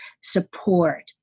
support